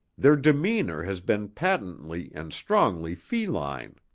their demeanour has been patently and strongly feline.